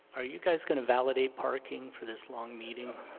are you guys going to validate parking for this long meeting?